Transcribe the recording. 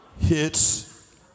hits